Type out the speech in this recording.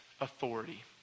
authority